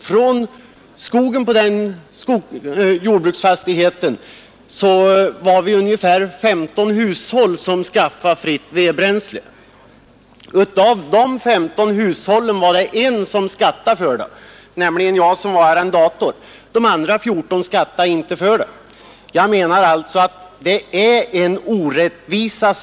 Från skogen som tillhörde den jordbruksfastigheten fick ungefär 15 hushåll fritt vedbränsle. Av de 15 hushållen var det ett som skattade för det, nämligen jag som var arrendator. De andra 14 blev inte beskattade för det. Den nuvarande ordningen innebär alltså en orättvisa.